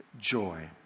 joy